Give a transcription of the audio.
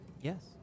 yes